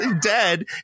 dead